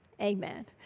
Amen